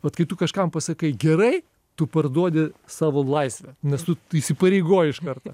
vat kai tu kažkam pasakai gerai tu parduodi savo laisvę nes tu įsipareigoji iš karto